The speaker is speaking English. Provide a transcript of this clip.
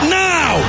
now